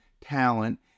talent